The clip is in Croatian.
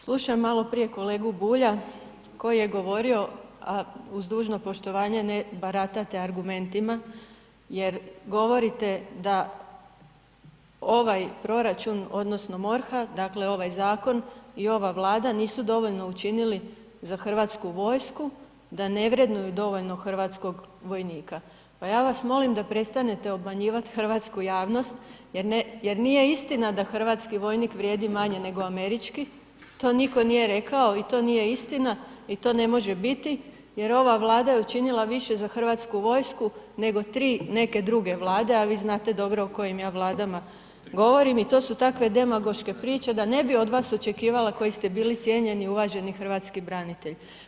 Slušam maloprije kolegu Bulja koji je govorio uz dužno poštovanje, ne baratate argumentima jer govorite da ovaj proračun, odnosno MORH-a, dakle ovaj zakon i ova Vlada nisu dovoljno učinili za Hrvatsku vojsku, da ne vrednuju dovoljno hrvatskog vojnika pa ja vas molim da prestanete obmanjivati hrvatsku javnost jer nije istina da hrvatski vojnik vrijedi manje nego američki, to nitko nije rekao i to nije istina i to ne može biti jer ova Vlada je učinila više za hrvatsku vojsku nego 3 neke druge Vlade, a vi znate dobro o kojim Vladama ja govorim i to su takve demagoške priče da ne bih od vas očekivala koji ste bili cijenjeni uvaženi hrvatski branitelj.